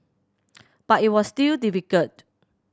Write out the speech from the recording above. but it was still difficult